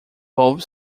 both